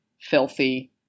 filthy